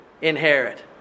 Inherit